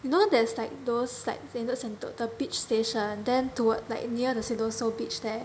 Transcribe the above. you know there's like those like you know sento~ the beach station then towards like near the siloso beach there